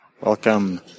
Welcome